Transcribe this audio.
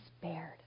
spared